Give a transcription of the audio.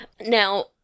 Now